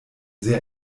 sehr